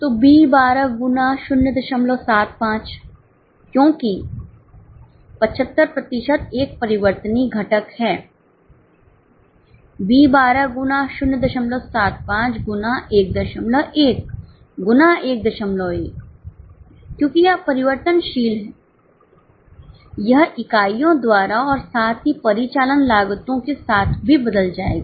तो B 12 गुना 075 क्योंकि 75 प्रतिशत एक परिवर्तनीय घटक है B12 गुना 075 गुना 11 गुना 11 क्योंकि यह परिवर्तनशील है यह इकाइयों द्वारा और साथ ही परिचालन लागतों के साथ भी बदल जाएगा